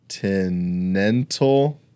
Continental